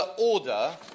order